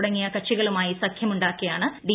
തുടങ്ങിയ കക്ഷികളുമായി സഖ്യമുണ്ടാക്കിയാണ് ഡി